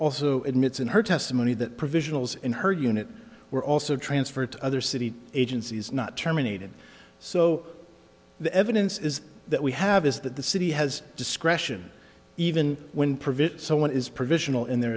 also admits in her testimony that provisionals and her unit were also transferred to other city agencies not terminated so the evidence is that we have is that the city has discretion even when privett someone is provisional in there